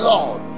Lord